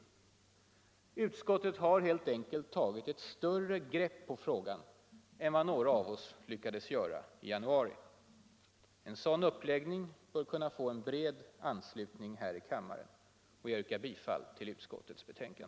Utskottet har helt enkelt tagit ett större grepp på frågan än vad några av oss lyckades göra i januari. En sådan uppläggning bör kunna få en bred anslutning här i kammaren. Jag yrkar bifall till utskottets hemställan.